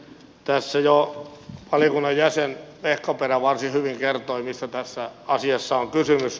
tässä jo valiokunnan jäsen vehkaperä varsin hyvin kertoi mistä tässä asiassa on kysymys